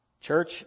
Church